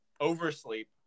Oversleep